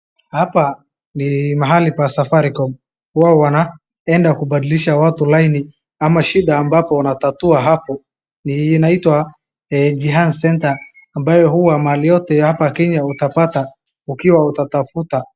Hapa ni mahali pa Safaricom. Huwa wanaenda kubadilisha watu laini, ama shida ambapo wanatatua hapo, ni inaitwa Jihan Center ambayo huwa mahali yote hapa Kenya utapata, ukiwa utatafuta.